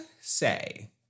say